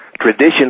Tradition